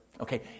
Okay